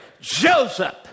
Joseph